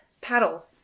Paddle